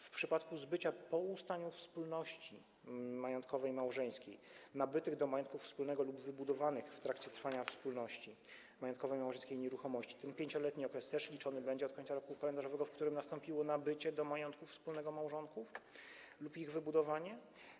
W przypadku zbycia po ustaniu wspólności majątkowej małżeńskiej nabytych do majątku wspólnego lub wybudowanych w trakcie trwania wspólności majątkowej małżeńskiej nieruchomości ten 5-letni okres też będzie liczony od końca roku kalendarzowego, w którym nastąpiło ich nabycie do majątku wspólnego małżonków lub ich wybudowanie.